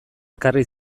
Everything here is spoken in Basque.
ekarri